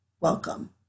welcome